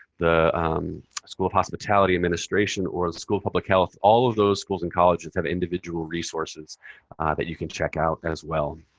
the um school of hospitality administration, or the school of public health. all of those schools and colleges have individual resources that you can check out as well.